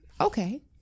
Okay